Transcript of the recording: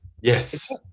Yes